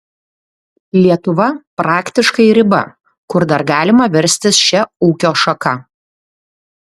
lietuva praktiškai riba kur dar galima verstis šia ūkio šaka